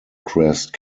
crest